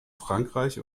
frankreich